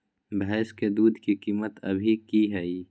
भैंस के दूध के कीमत अभी की हई?